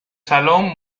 salón